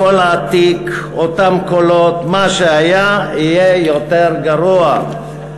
הכול עתיק, אותם קולות, מה שהיה יהיה יותר גרוע.